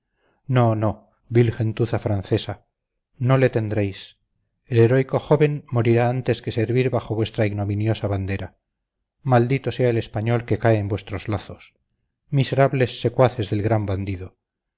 no no vil gentuza francesa no le tendréis el heroico joven morirá antes que servir bajo vuestra ignominiosa bandera maldito sea el español que cae en vuestros lazos miserables secuaces del gran bandido